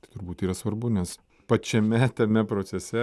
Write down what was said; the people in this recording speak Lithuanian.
tai turbūt yra svarbu nes pačiame tame procese